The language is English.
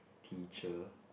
teacher